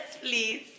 please